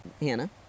Hannah